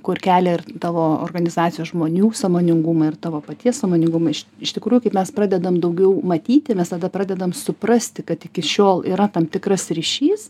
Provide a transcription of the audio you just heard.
kur kelia ir tavo organizacijos žmonių sąmoningumą ir tavo paties sąmoningumą iš iš tikrųjų kaip mes pradedam daugiau matyti mes tada pradedam suprasti kad iki šiol yra tam tikras ryšys